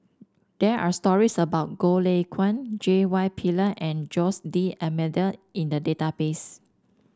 there are stories about Goh Lay Kuan J Y Pillay and Jose D'Almeida in the database